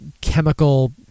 chemical